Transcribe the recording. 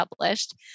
published